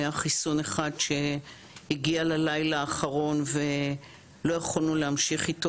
היה חיסון אחד שהגיע ללילה האחרון ולא יכולנו להמשיך איתו,